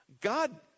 God